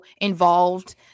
involved